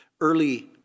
early